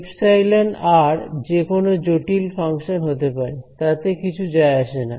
epsilon আর যে কোন জটিল ফাংশন হতে পারে তাতে কিছু যায় আসে না